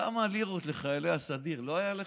כמה לירות לחיילי הסדיר לא היו לך?